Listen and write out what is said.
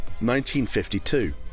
1952